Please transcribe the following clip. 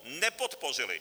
Nepodpořili.